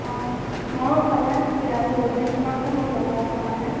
অ' মইও ভালে আছোঁ দিয়া বহুদিন তোমাৰ খবৰ ল'বও হোৱা নাই